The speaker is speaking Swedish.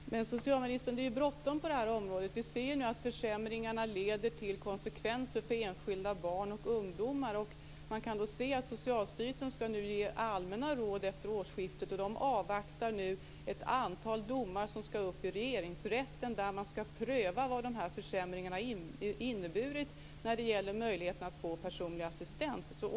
Fru talman! Men socialministern, det är ju bråttom på det här området! Vi ser nu att försämringarna leder till konsekvenser för enskilda barn och ungdomar. Socialstyrelsen skall nu ge allmänna råd efter årsskiftet, och där avvaktar man ett antal domar som skall upp i Regeringsrätten där man skall pröva vad de här försämringarna har inneburit när det gäller möjligheten att få personlig assistent.